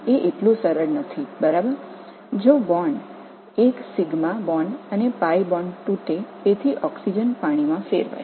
அந்த இரண்டு பிணைப்பையும் ஒரு சிக்மா பிணைப்பு மற்றும் பை பிணைப்பை பிளவுபடுத்துவதன் மூலம் ஆக்ஸிஜன் தண்ணீராக மாற்றப்படுகிறது